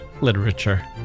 literature